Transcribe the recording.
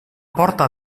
porta